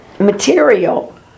material